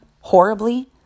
horribly